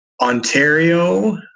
Ontario